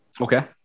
Okay